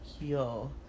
yo